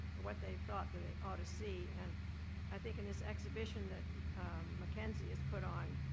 or what they thought they ought to see. and i think in this exhibition that mackenzie has put on,